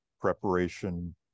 preparation